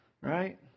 right